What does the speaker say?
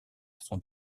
son